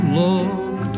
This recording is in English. look